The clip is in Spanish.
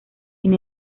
sin